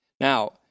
Now